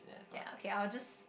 ya okay I'll just